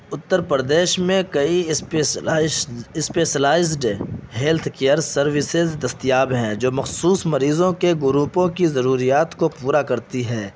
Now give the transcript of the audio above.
اتّر پردیش میں کئی specialise specialised health care services دستیاب ہیں جو مخصوص مریضوں کے گروپوں کی ضروریات کو پورا کرتی ہیں